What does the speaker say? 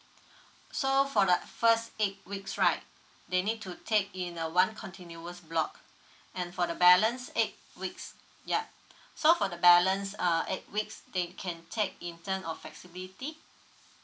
so for the first eight weeks right they need to take in a one continuous block and for the balance eight weeks yup so for the balance uh eight weeks they can take in terms of flexibility